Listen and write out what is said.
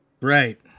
Right